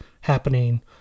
happening